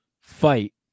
fight